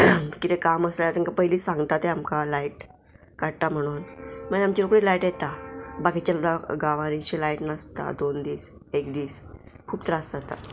कितें काम आसले जाल्यार तेंकां पयली सांगता ते आमकां लायट काडटा म्हणून मागीर आमचे रोकडी लायट येता बाकीचे गांवांनी शे लायट नासता दोन दीस एक दीस खूब त्रास जाता